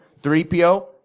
3PO